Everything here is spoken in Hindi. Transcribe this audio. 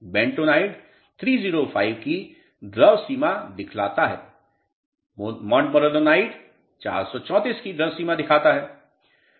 बेंटोनाइट 305 की द्रव सीमा दिखाता है मोनोनाइट 434 की द्रव सीमा दिखाता है